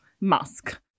Musk